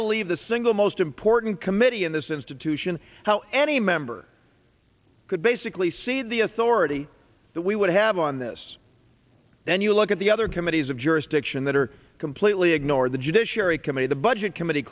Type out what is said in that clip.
believe the single most important committee in this institution how any member could basically see the authority that we would have on this then you look at the other committees of jurisdiction that are completely ignored the judiciary committee the budget committee